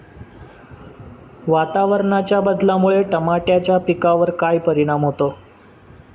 वातावरणाच्या बदलामुळे टमाट्याच्या पिकावर काय परिणाम होतो?